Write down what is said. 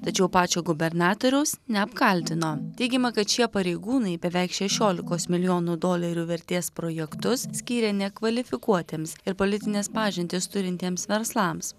tačiau pačio gubernatoriaus neapkaltino teigiama kad šie pareigūnai beveik šešiolikos milijonų dolerių vertės projektus skyrė nekvalifikuotiems ir politines pažintis turintiems verslams